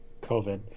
COVID